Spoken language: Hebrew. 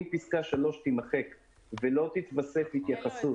אבל אם פסקה (3) תימחק ולא תתווסף התייחסות